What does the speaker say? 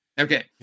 Okay